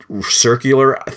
circular